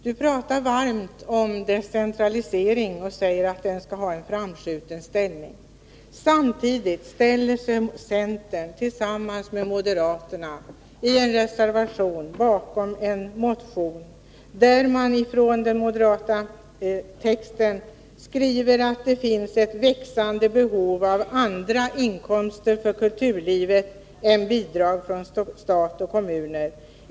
Han talar varmt om decentralisering och säger att den skall ha en framskjuten ställning. Samtidigt ställer sig centern tillsammans med moderaterna i en reservation bakom en motion, där man i den moderata texten skriver att det finns ett växande behov av andra inkomster för kulturlivet än bidrag från stat och kommuner.